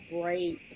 break